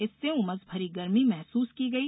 इससे उमस भरी गर्मी महसूस की गई